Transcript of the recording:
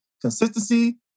consistency